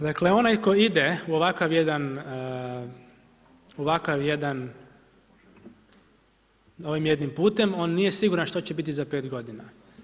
Dakle onaj tko ide u ovakav jedan ovim jednim putem on nije siguran što će biti za pet godina.